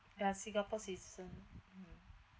yeah singapore citizen mmhmm